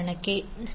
254cos 4t160